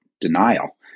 denial